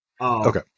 Okay